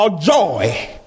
Joy